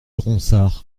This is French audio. ronsard